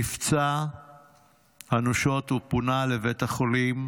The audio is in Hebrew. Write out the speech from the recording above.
נפצע אנושות ופונה לבית החולים